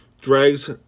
drags